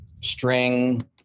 string